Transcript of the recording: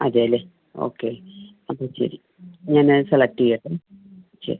അതെ അല്ലെ ഓക്കെ അപ്പോൾ ശരി ഞാനേ സെലക്ട് ചെയ്യട്ടെ ശരി